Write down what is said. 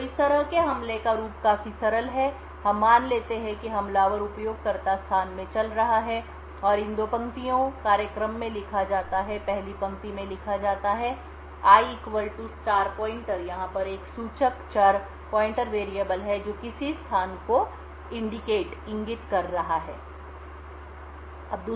तो इस तरह के हमले का रूप काफी सरल है हम मान लेते है कि हमलावर उपयोगकर्ता स्थान में चल रहा है और इन दो पंक्तियों कार्यक्रम में लिखा जाता है पहली पंक्ति में लिखा जाता है i pointer यहाँ पर एक सूचक चर है जो किसी स्थान को इंगित कर रहा है